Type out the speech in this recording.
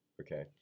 Okay